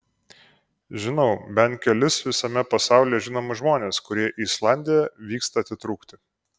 žinau bent kelis visame pasaulyje žinomus žmones kurie į islandiją vyksta atitrūkti